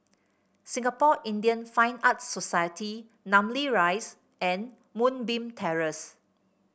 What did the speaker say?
Singapore Indian Fine Arts Society Namly Rise and Moonbeam Terrace